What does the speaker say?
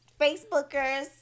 Facebookers